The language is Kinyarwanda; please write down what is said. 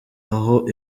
aho